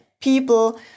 people